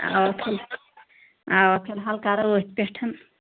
آ فِل اَوا فِلحال کَرو أتھۍ پٮ۪ٹھ